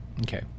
Okay